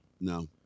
No